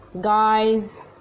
guys